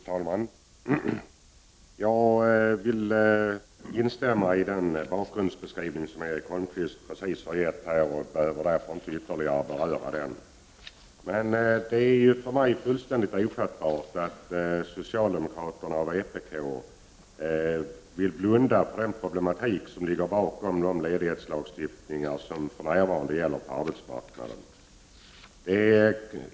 Fru talman! Jag vill instämma i den bakgrundsbeskrivning som Erik Holmkvist precis har gett och behöver därför inte ytterligare beröra den. Men det är för mig fullständigt ofattbart att socialdemokraterna och vpk vill blunda för den problematik som är förenad med de ledighetslagstiftningar som för närvarande gäller på arbetsmarknaden.